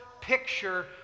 picture